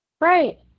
right